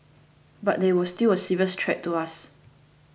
but they were still a serious threat to us